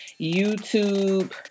youtube